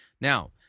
Now